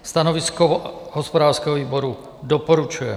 Stanovisko hospodářského výboru: Doporučuje.